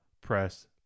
Press